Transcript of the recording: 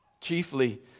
Chiefly